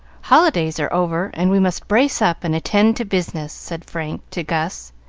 holidays are over, and we must brace up and attend to business, said frank to gus,